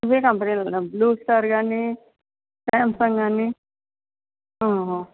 ఇవే కంపెనీలు ఉన్నాయ్ బ్లూ స్టార్ గాని సాంసంగ్ గాని ఆహా